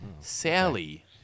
Sally